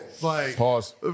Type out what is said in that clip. Pause